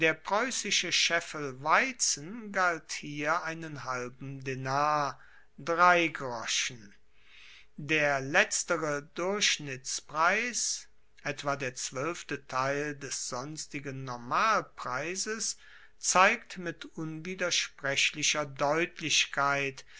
preussische scheffel weizen galt hier einen halben denar der letztere durchschnittspreis etwa der zwoelfte teil des sonstigen normalpreises zeigt mit unwidersprechlicher deutlichkeit